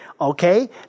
Okay